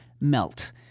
melt